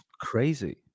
Crazy